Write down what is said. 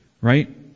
right